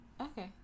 Okay